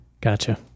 Gotcha